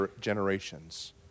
generations